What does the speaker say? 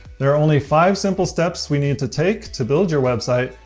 there are only five, simple steps we need to take to build your website.